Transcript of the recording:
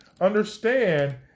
understand